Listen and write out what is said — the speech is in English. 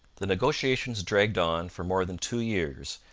the negotiations dragged on for more than two years,